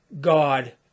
God